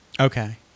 Okay